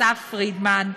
אסף פרידמן,